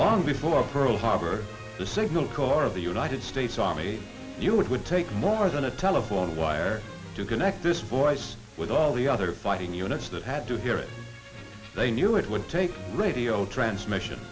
long before pearl harbor the signal corps of the united states army you it would take more than a telephone wire to connect this voice with all the other fighting units that had to hear it they knew it would take radio transmission